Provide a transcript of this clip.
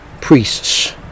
priests